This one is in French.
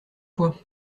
fois